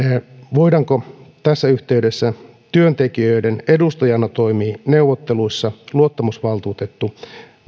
voiko tässä yhteydessä työntekijöiden edustajana toimia neuvotteluissa luottamusvaltuutettu